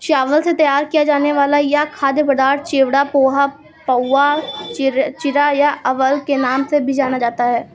चावल से तैयार किया जाने वाला यह खाद्य पदार्थ चिवड़ा, पोहा, पाउवा, चिरा या अवल के नाम से भी जाना जाता है